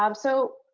um so